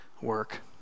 work